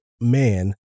man